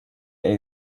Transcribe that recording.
één